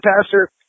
pastor